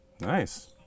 Nice